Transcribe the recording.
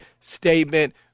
statement